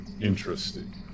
Interesting